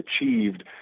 achieved